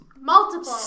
multiple